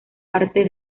parte